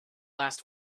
last